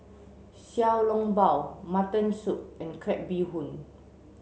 Xiao Long Bao mutton soup and crab bee hoon